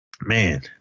man